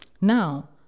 now